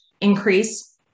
increase